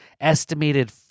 Estimated